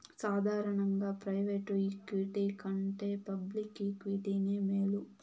సాదారనంగా private equity కంటే public ఈక్విటీనే మేలు